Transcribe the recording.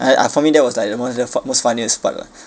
uh I for me that was like the most the f~ most funniest part lah